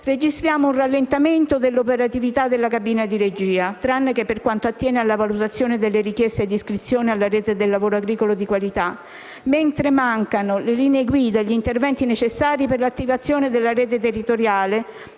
registriamo un rallentamento dell'operatività della cabina di regia, tranne per quanto attiene alla valutazione delle richieste di iscrizione alla rete del lavoro agricolo di qualità, mentre mancano le linee guida e gli interventi necessari per l'attivazione della rete territoriale